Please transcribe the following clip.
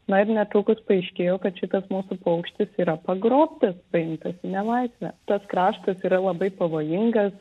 na ir netrukus paaiškėjo kad šitas mūsų paukštis yra pagrobtas paimtas į nelaisvę tas kraštas yra labai pavojingas